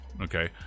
okay